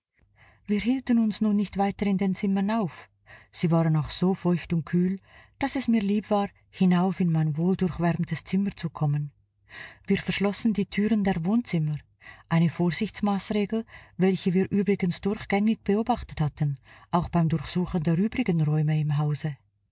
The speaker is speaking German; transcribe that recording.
wir hielten uns nun nicht weiter in den zimmern auf sie waren auch so feucht und kühl daß es mir lieb war hinauf in mein wohldurchwärmtes zimmer zu kommen wir verschlossen die türen der wohnzimmer eine vorsichtsmaßregel welche wir übrigens durchgängig beobachtet hatten auch beim durchsuchen der übrigen räume im hause